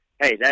hey